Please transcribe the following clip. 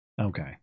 Okay